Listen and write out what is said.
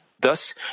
Thus